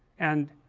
and